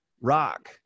rock